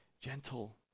gentle